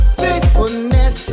faithfulness